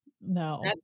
No